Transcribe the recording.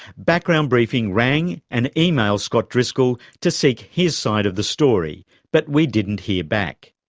background briefing rang and emailed scott driscoll to seek his side of the story but we didn't hear back.